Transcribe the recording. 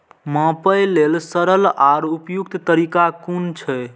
मापे लेल सरल आर उपयुक्त तरीका कुन छै?